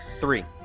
Three